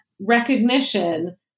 recognition